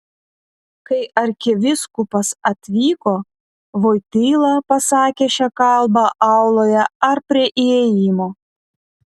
kai arkivyskupas atvyko voityla pasakė šią kalbą auloje ar prie įėjimo